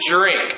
drink